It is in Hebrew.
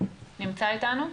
נמצא איתנו?